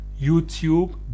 YouTube